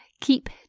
keep